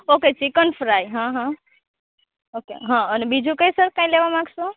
okay chicken fry હં હં okay હં અને બીજી કાંઇ સર કાઈ લેવા માગશો